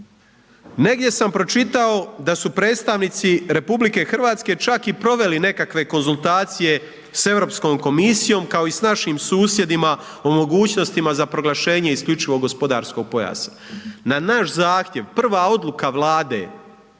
Negdje sam pročitao da su predstavnici RH čak i proveli nekakve konzultacije s Europskom komisijom, kao i s našim susjedima o mogućnostima za proglašenje isključivog gospodarskog pojasa. Na naš zahtjev prva odluka Vlade